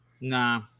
Nah